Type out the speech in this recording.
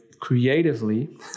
creatively